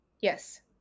Yes